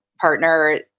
partner